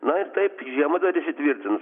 na ir taip žiema dar įsitvirtintis